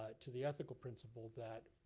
ah to the ethical principal that